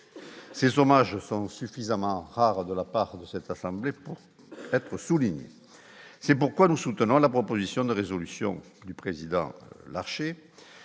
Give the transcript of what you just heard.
ces hommages sens suffisamment rare de la part de cette assemblée pour être souligné, c'est pourquoi nous soutenons la proposition de résolution du président Larché,